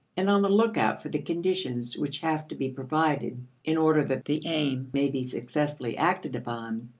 and on the look-out for the conditions which have to be provided in order that the aim may be successfully acted upon.